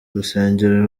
urusengero